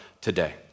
today